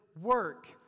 work